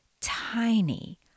tiny